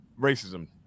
racism